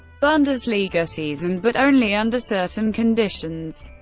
bundesliga season, but only under certain conditions.